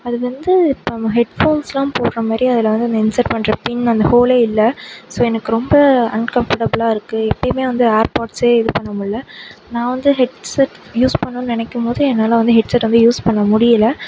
அது வந்து இப்போ ஹெட்போன்ஸ்லாம் போட்ற மாதிரி அதில் வந்து அந்த இன்செர்ட் பண்ணுற பின் அந்த ஹோல்லே இல்லை ஸோ எனக்கு ரொம்ப அன்கம்ஃபர்ட்டபுளாக இருக்கு எப்பையுமே வந்து ஆர் பார்ட்ஸே இது பண்ண முல்ல நான் வந்து ஹெட்செட் யூஸ் பண்ணனுன்னு நினைக்கும்மோது என்னால் வந்து ஹெட்செட்டை வந்து யூஸ் பண்ண முடியிலை